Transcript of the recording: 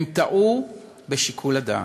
הם טעו בשיקול הדעת.